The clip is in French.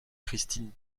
christine